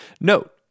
Note